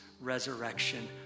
resurrection